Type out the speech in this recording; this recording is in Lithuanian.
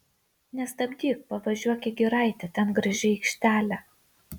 nestabdyk pavažiuok į giraitę ten graži aikštelė